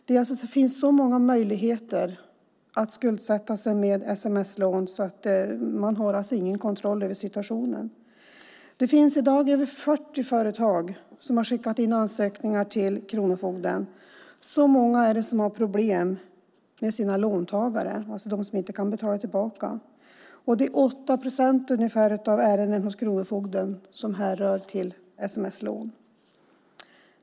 Det finns så många möjligheter att skuldsätta sig med sms-lån att man inte har någon kontroll över situationen. I dag har över 40 företag skickat in ansökningar till kronofogden - så många är det som har problem med låntagare som alltså inte kan betala tillbaka. Ungefär 8 procent av ärendena hos kronofogden härrör från sms-lån.